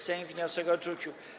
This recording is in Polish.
Sejm wniosek odrzucił.